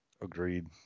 Agreed